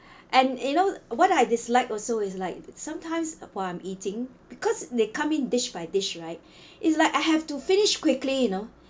and you know what I dislike also is like sometimes while I'm eating because they come in dish by dish right it's like I have to finish quickly you know